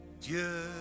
Dieu